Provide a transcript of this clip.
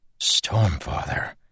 Stormfather